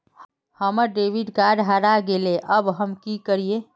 हमर debit card हरा गेले अब हम की करिये?